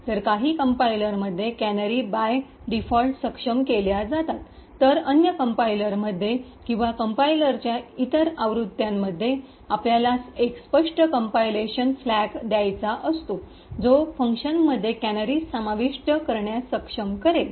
तर काही कंपाईलरमध्ये कॅनरी बाय डिफॉल्ट सक्षम केल्या जातात तर अन्य कंपाईलरमध्ये किवा कंपाईलरच्या इतर आवृत्त्यांमध्ये आपल्याला एक स्पष्ट काम्पलेशन फ्लैग द्यायचा असतो जो फंक्शनमध्ये कॅनरीज समाविष्ट करण्यास सक्षम करेल